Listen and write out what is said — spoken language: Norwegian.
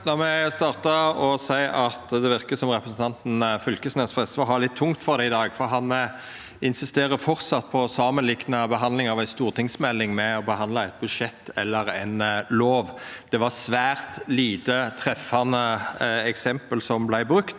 La meg starta med å seia at det verkar som representanten Knag Fylkesnes frå SV har litt tungt for det i dag, for han insisterer framleis på å samanlikna det å behandla ei stortingsmelding med å behandla eit budsjett eller ei lov. Det var svært lite treffande eksempel som vart brukte,